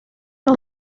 los